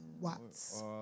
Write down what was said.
watts